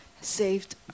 saved